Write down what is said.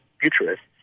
futurists